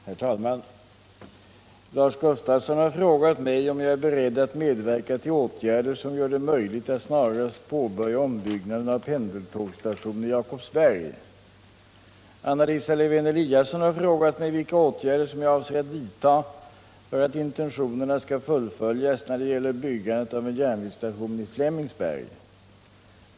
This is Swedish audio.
Herr talman! Lars Gustafsson har frågat mig om jag är beredd att medverka till åtgärder som gör det möjligt att snarast påbörja ombyggnaden av pendeltågsstationen i Jakobsberg. Anna Lisa Lewén-Eliasson har frågat mig vilka åtgärder som jag avser att vidta för att intentionerna skall fullföljas när det gäller byggandet av en järnvägsstation i Flemingsberg.